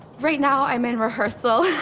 right now, i'm in rehearsal,